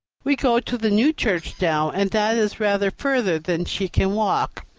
we go to the new church now, and that is rather further than she can walk.